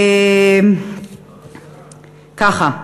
ככה,